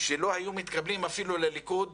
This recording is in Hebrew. שלא היו מתקבלים אפילו לליכוד